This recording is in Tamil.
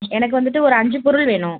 எனக்கு வந்துவிட்டு ஒரு அஞ்சு பொருள் வேணும்